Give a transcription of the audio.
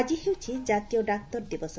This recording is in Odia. ଆଜି ହେଉଛି ଜାତୀୟ ଡାକ୍ତର ଦିବସ